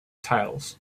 titles